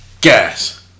gas